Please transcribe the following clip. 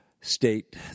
state